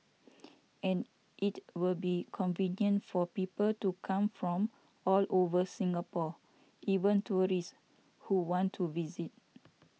and it will be convenient for people to come from all over Singapore even tourists who want to visit